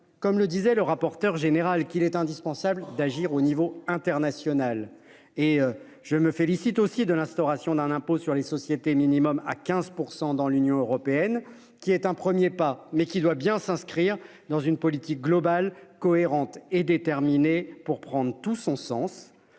comme le disait le rapporteur général qu'il est indispensable d'agir au niveau international et je me félicite aussi de l'instauration d'un impôt sur les sociétés minimum à 15% dans l'Union européenne qui est un 1er pas mais qui doit bien s'inscrire dans une politique globale, cohérente et déterminée pour prendre tout son sens.